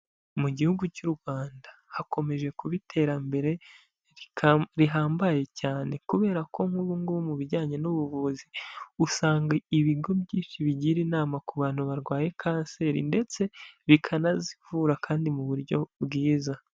Mu gihugu cy'u Rwanda hakomeje kuba iterambere rihambaye cyane, kubera ko nk'ubungu mu bijyanye n'ubuvuzi usanga ibigo byinshi bigira inama ku bantu barwaye kanseri ndetse bikanazivura kandi mu buryo bwiza.